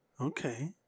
Okay